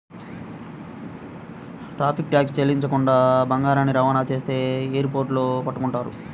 tariff tax చెల్లించకుండా బంగారాన్ని రవాణా చేస్తే ఎయిర్ పోర్టుల్లో పట్టుకుంటారు